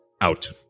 out